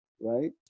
right